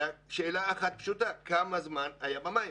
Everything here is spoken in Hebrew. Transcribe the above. שאלה אחת פשוטה כמה זמן הוא היה במים.